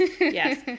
Yes